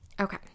Okay